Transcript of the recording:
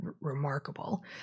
remarkable